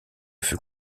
fut